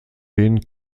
den